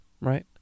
right